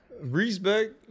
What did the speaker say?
Respect